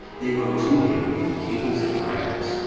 they wrote to him in tables of brass,